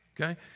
okay